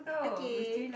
okay